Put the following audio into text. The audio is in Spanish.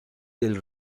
del